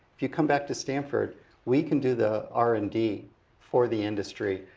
if you come back to stanford we can do the r and d for the industry,